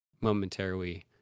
momentarily